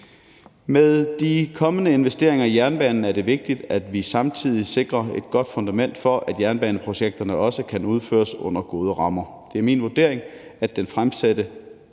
Med de kommende investeringer i jernbanen er det vigtigt, at vi samtidig sikrer et godt fundament for, at jernbaneprojekter også kan udføres under gode rammer. Det er min vurdering, at det fremsatte